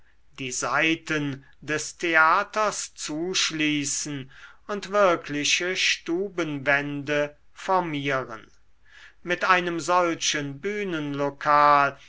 die seiten des theaters zuschließen und wirkliche stubenwände formieren mit einem solchen